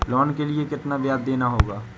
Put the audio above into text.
Loan के लिए कितना ब्याज देना होगा?